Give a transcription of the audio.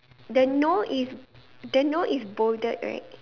the no is the no is bolded right